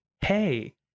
hey